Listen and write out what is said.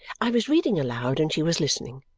i was reading aloud, and she was listening.